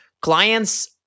clients